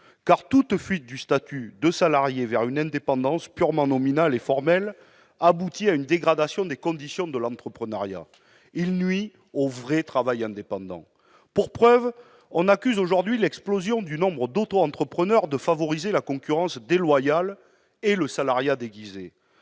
toute fuite du statut de salarié vers une indépendance purement nominale et formelle aboutit à une dégradation des conditions de l'entrepreneuriat ; elle nuit au vrai travail indépendant. Pour preuve, l'on dénonce aujourd'hui l'explosion du nombre d'auto-entrepreneurs, qui favorise la concurrence déloyale et le salariat déguisé.